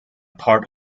part